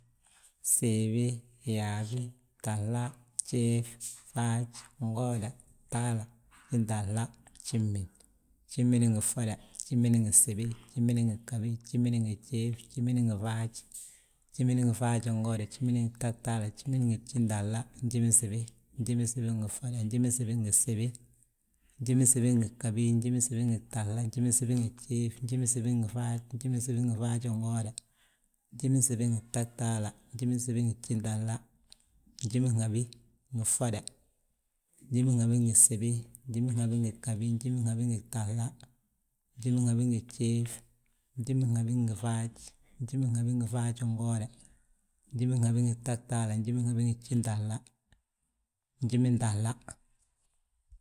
gsiibi, yaabi, gtahla, gjiif, faaj, ngooda, gtahla, gjintahla gjimin, gjimin ngi ffoda, gjimin ngi gsibi, gjimin ngi ghabi, gjimin ngi gtahla, gjimin ngi gjiif, gjimin ngi faaj, gjimin ngi faajigooda, gjimin ngi gtahtaala, gjimin ngi gjintahla, njiminsibi, njiminsibi ngi ffoda, njiminsibi ngi gsibi, njiminsibi ngi ghabi, njiminsibi ngi gtahla, njiminsibi ngi gjiif, njiminsibi ngi faaj, njiminsibi ngi faajingooda, njiminsibi ngi gtahtaala, njiminsibi ngi gjintahla, njiminhabi, njiminhabi ngi ffoda, njiminhabi ngi gsibi, njiminhabi ngi gtahla, njiminhabi ngi gjiif, njiminhabi ngi faaj, njiminhabi ngi faajingooda, njiminhabi ngi gtahtaala, njiminhabi ngi gjintahla, njimintahla.